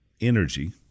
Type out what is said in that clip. energy